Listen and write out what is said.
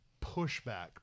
pushback